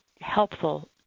helpful